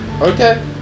Okay